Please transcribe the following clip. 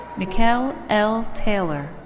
mickeal l taylor.